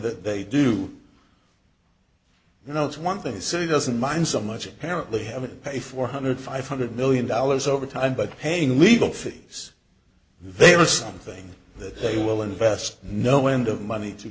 that they do you know it's one thing they say doesn't mind so much apparently having to pay four hundred five hundred million dollars over time but paying legal fees they are something that they will invest no end of money to